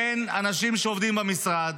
אין אנשים שעובדים במשרד.